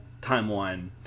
timeline